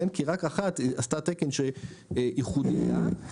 כי רק אחת עשתה תקן שייחודי לה.